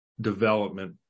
development